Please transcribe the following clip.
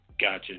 Gotcha